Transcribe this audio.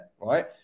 right